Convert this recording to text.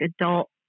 adult